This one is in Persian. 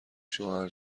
شوهر